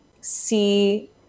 see